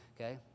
okay